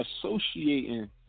associating